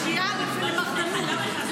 לקריאה למרדנות,